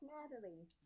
Natalie